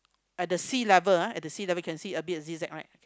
at the sea level ah at the sea level can see a bit of zig zag right